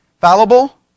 Fallible